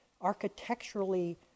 architecturally